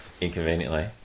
inconveniently